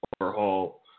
overhaul